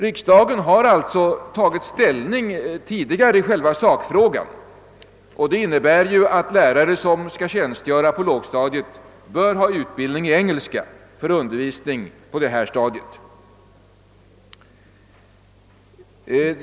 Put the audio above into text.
Riksdagen har alltså tagit ställning tidigare i själva sakfrågan, och det innebär att lärare som skall tjänstgöra på lågstadiet bör ha utbildning i engelska för undervisning på detta stadium.